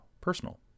personal